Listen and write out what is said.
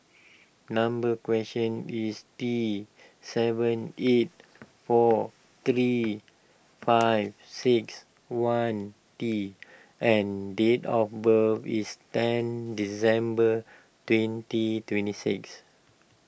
number question is T seven eight four three five six one T and date of birth is ten December twenty twenty six